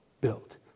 built